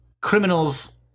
criminals